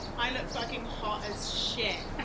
i look fucking hot as shit. and